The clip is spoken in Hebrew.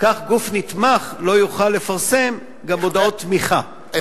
כך גוף נתמך לא יוכל לפרסם גם מודעות תמיכה,